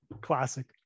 classic